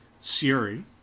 Siri